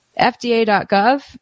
FDA.gov